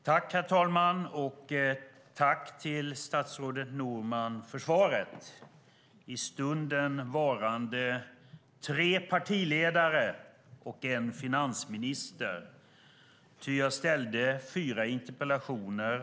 Herr talman! Tack för svaret, statsrådet Norman, i stunden varande tre partiledare och en finansminister, ty jag hade ställt fyra interpellationer.